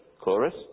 chorus